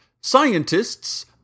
Scientists